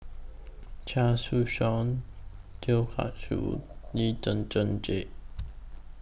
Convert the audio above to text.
Chia Su Suan Teo Car Choo Lee Zhen Zhen Jane